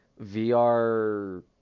VR